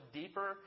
deeper